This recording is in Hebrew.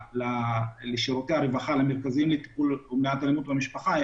לשירותי הרווחה ולמרכזים לטיפול מהמשטרה.